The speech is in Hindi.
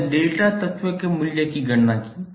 हमने डेल्टा तत्व के मूल्य की गणना की